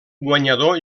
guanyador